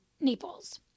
Naples